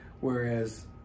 whereas